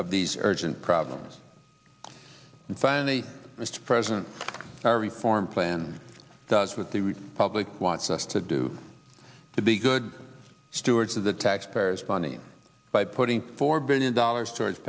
of these urgent problems and finally mr president are we formed plan does with the public wants us to do to be good stewards of the taxpayers money by putting four billion dollars towards